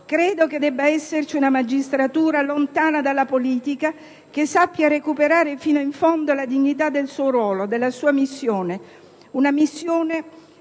credo debba esserci una magistratura lontana dalla politica, che sappia recuperare fino in fondo la dignità del suo ruolo e della sua missione a difesa